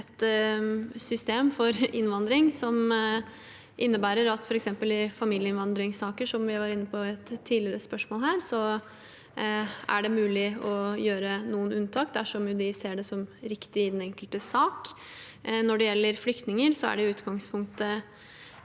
et system for innvandring som innebærer at det f.eks. i familieinnvandringssaker, som vi var inne på i et tidligere spørsmål her, er mulig å gjøre noen unntak dersom man ser det som riktig i den enkelte sak. Når det gjelder flyktninger, er det i utgangspunktet